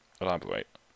elaborate